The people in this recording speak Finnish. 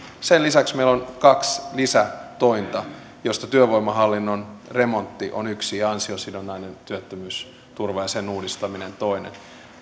sen lisäksi meillä on kaksi lisätointa joista työvoimahallinnon remontti on yksi ja ansiosidonnainen työttömyysturva ja sen uudistaminen toinen